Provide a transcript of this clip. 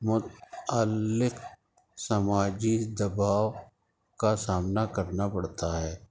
متلق سماجی دباؤ کا سامنا کرنا پڑتا ہے